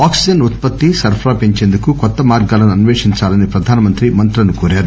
oxygen ఉత్పత్తి సరఫరా పెంచేందుకు కొత్త మార్గాలను అన్వేషించాలని ప్రధానమంత్రి మంత్రులను కోరారు